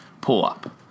pull-up